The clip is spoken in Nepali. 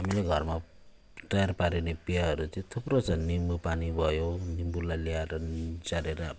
हामीले घरमा तयार पारिने पेयहरू चाहिँ थुप्रो छ निम्बु पानी भयो निम्बुलाई ल्याएर निचोरेर